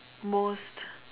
most